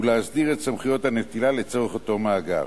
ולהסדיר את סמכויות הנטילה לצורך אותו מאגר.